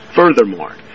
Furthermore